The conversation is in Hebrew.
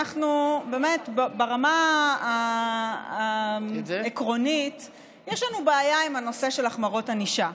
באמת ברמה העקרונית יש לנו בעיה עם הנושא של החמרות ענישה,